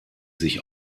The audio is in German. sich